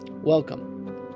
Welcome